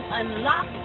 unlock